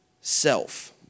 self